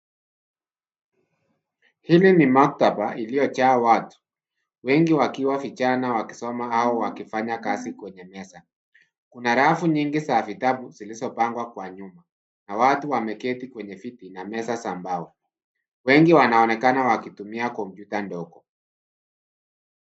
Hili ni maktaba iliyojaa watu, wengi wakiwa vijana wakisoma au wakifanya kazi kwenye meza .kuna rafu mingi za vitabu zimepagwa kwa nyuma. watu wameketi kwa viti na meza za mbao wengi wanaonekana wakitumia kompyuta ndogo.